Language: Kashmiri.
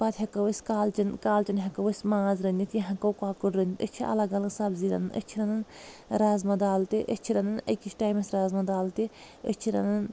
پتہٕ ہٮ۪کو أسۍ کالچٮ۪ن کالچٮ۪ن ہٮ۪کو أسۍ ماز رٔنِتھ یا ہٮ۪کو أسۍ کۄکُر رٔنِتۍ أسۍ چھِ الگ الگ سبزی رنان أسۍ چھِ رنان رازما دال تہِ أسۍ چھِ رنان أکِس ٹایمس رازما دال تہِ أسۍ چھِ رنان